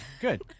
Good